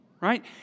right